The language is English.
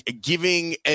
giving